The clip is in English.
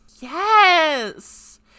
yes